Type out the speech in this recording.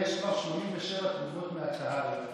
אגב, יש כבר 87 תגובות מהקהל בטוויטר.